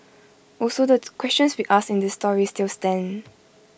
also the questions we asked in this story still stand